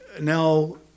now